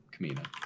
Kamina